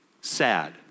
sad